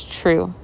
true